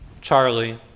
Charlie